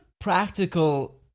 practical